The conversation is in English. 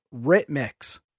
ritmix